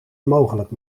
mogelijk